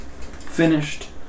Finished